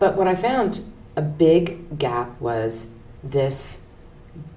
but what i found a big gap was this